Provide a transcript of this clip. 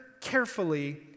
carefully